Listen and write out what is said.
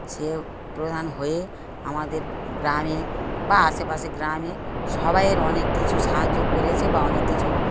সে প্রধান হয়ে আমাদের গ্রামে বা আশেপাশে গ্রামে সবাইয়ের অনেক কিছু সাহায্য করেছে বা অনেক কিছু